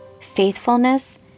faithfulness